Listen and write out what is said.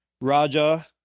raja